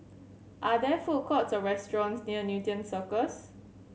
are there food courts or restaurants near Newton Cirus